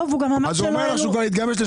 רולנד אומר שהם התחילו מאפס חודשים,